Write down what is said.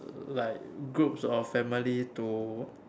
like groups or family to